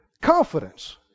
confidence